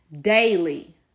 daily